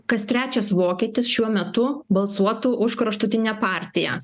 kas trečias vokietis šiuo metu balsuotų už kraštutinę partiją